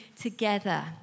together